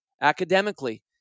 academically